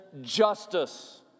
justice